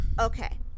Okay